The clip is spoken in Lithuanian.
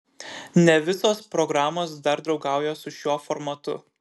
ne visos programos dar draugauja su šiuo formatu